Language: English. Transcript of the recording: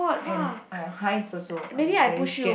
and height also I'm very scared